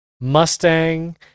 Mustang